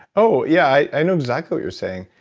oh yeah. i know exactly what you're saying.